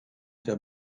der